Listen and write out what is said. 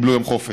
קיבלו יום חופש.